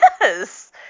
Yes